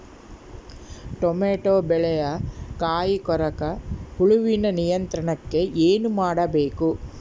Tomato ಬೆಳೆಯ ಕಾಯಿ ಕೊರಕ ಹುಳುವಿನ ನಿಯಂತ್ರಣಕ್ಕೆ ಏನು ಮಾಡಬೇಕು?